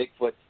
Bigfoot